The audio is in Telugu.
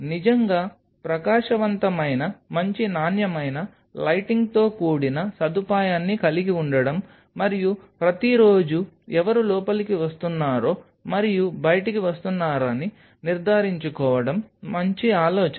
నిజంగా ప్రకాశవంతమైన మంచి నాణ్యమైన లైటింగ్తో కూడిన సదుపాయాన్ని కలిగి ఉండటం మరియు ప్రతిరోజూ ఎవరు లోపలికి వస్తున్నారో మరియు బయటికి వస్తున్నారని నిర్ధారించుకోవడం మంచి ఆలోచన